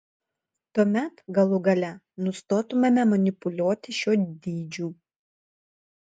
tuomet galų gale nustotumėme manipuliuoti šiuo dydžiu